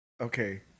okay